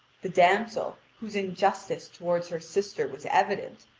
the damsel, whose injustice toward her sister was evident,